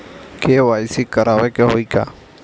KYC करावे के होई का?